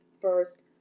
first